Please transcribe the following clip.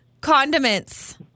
condiments